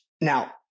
Now-